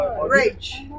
Reach